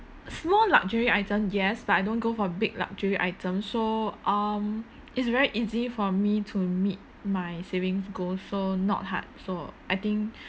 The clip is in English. small luxury items yes but I don't go for big luxury items so um it's very easy for me to meet my savings goals so not hard so I think